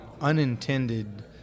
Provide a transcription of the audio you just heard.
unintended